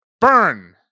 Burn